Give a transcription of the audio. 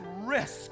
risk